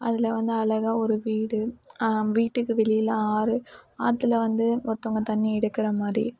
அதில் வந்து அழகான ஒரு வீடு வீட்டுக்கு வெளியில் ஆறு ஆற்றுல வந்து ஒருத்தங்க தண்ணிர் எடுக்கிற மாதிரி